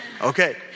Okay